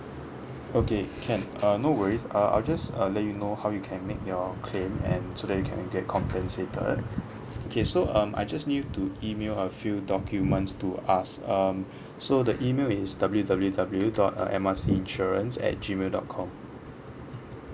okay can uh no worries uh I'll just uh let you know how you can make your claim and so that you can get compensated okay so um I just need you to email a few documents to us um so the email is W W W dot uh M_R_C insurance at G mail dot com